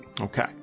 Okay